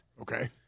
Okay